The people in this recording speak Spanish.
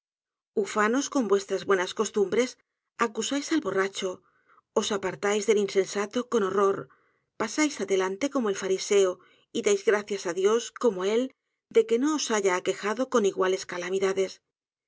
os interesáis ufanoscon vuestrsa buenas costumbres acusáis al borracho os apartáis del insensato con horror pasáis adelante como el fariseo y dais gracias á dios como él de que no os haya aquejado con iguales calamidades